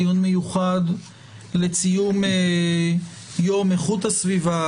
אנחנו נמצאים בדיון מיוחד לציון יום איכות הסביבה,